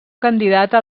candidata